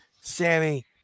Sammy